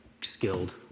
skilled